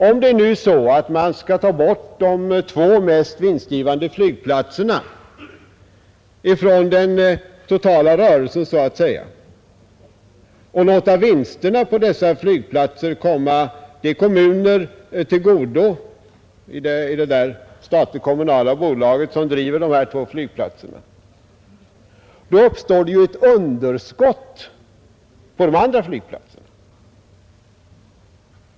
Om man nu skulle ta bort de två mest vinstgivande flygplatserna från den totala rörelsen och låta vinsterna på dessa flygplatser tillfalla kommunerna i de statligt-kommunala bolag som driver de två flygplatserna, uppstår ett underskott på de andra flygplatserna.